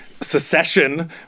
secession